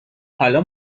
حالا